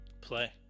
Play